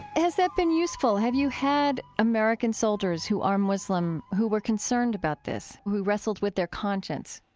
has that been useful? have you had american soldiers who are muslim who were concerned about this, who wrestled with their conscience?